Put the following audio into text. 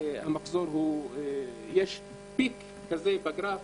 שיש פיק בגרף